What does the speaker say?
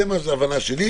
זאת ההבנה שלי,